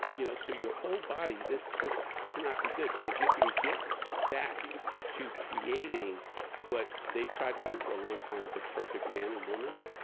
you know so your whole body, this this cannot be good so we can get back to creating what they've tried to do for a long time, the perfect man and woman.